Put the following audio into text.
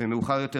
ומאוחר יותר,